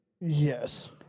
Yes